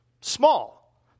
small